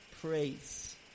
praise